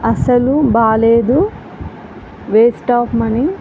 అస్సలు బాగాలేదు waste of money